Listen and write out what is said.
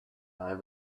eye